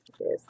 Yes